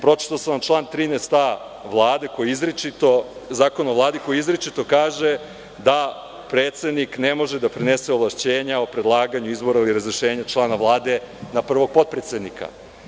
Pročitao sam vam član 13a. Zakona o Vladi koji izričito kaže da predsednik ne može da prenese ovlašćenja o predlaganju izbora o razrešenju člana Vlade na prvog potpredsednika.